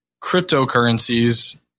cryptocurrencies